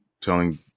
telling